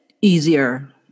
easier